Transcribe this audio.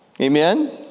Amen